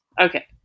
Okay